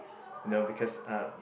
no because ah